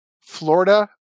Florida